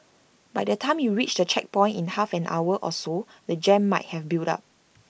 by the time you reach the checkpoint in half an hour or so the jam might have built up